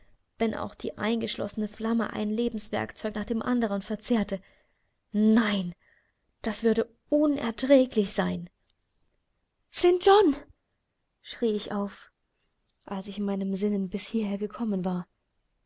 wenn auch die eingeschlossene flamme ein lebenswerkzeug nach dem andern verzehrte nein das würde unerträglich sein st john schrie ich auf als ich in meinem sinnen bis hierher gekommen war